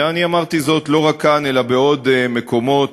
אמרתי לא רק כאן אלא בעוד מקומות,